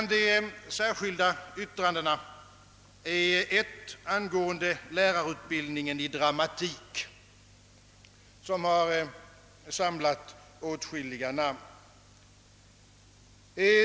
Det särskilda yttrandet beträffande lärarutbildningen i dramatik har samlat åtskilliga namn.